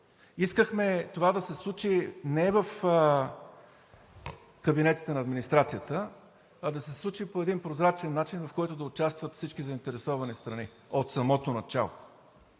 Искахме това да се случи не в кабинетите на администрацията, а да се случи по един прозрачен начин, в който да участват всички заинтересовани страни от самото начало.